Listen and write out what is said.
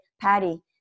Patty